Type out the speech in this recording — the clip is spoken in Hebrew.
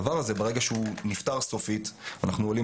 ברגע שהדבר הזה ייפתר סופית אנחנו עולים